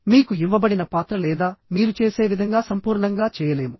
మీకు ఇవ్వబడిన పాత్ర లేదా మీరు చేసే విధంగా సంపూర్ణంగా చేయలేము